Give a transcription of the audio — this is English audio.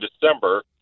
December